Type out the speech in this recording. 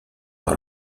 par